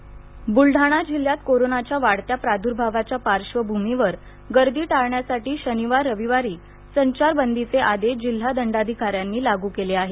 संचारबंदी बुलडाणा जिल्ह्यात कोरोनाच्या वाढत्या प्रादुर्भावाच्या पार्श्वभूमीवर गर्दी टाळण्यासाठी शनिवार रविवारी संचारबंदीचे आदेश जिल्हादंडाधिकाऱ्यांनी लागू केले आहेत